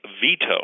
veto